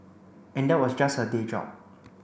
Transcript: and that was just her day job